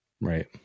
Right